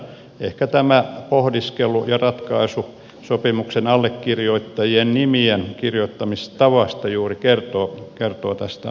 ehkä tämä pohdiskelu ja ratkaisu sopimuksen allekirjoittajien nimien kirjoittamistavasta juuri kertoo tästä asetelmasta